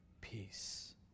peace